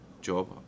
job